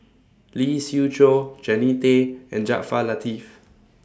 Lee Siew Choh Jannie Tay and Jaafar Latiff